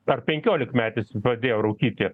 ar penkiolikmetis pradėjo rūkyti